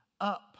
up